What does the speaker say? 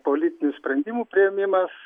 politinių sprendimų priėmimas